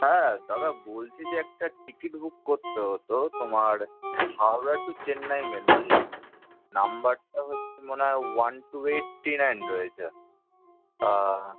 হ্যাঁ দাদা বলছি যে একটা টিকিট বুক করতে হতো তোমার হাওড়া টু চেন্নাই মেল বুঝলে নাম্বারটা হচ্ছে মনে হয় one two eight T nine রয়েছে তা